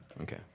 okay